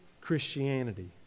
Christianity